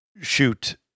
shoot